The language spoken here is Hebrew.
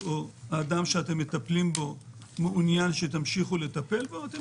שהם מטפלים בו מעוניין שהם ימשיכו לטפל בו,